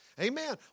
Amen